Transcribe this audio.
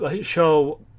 show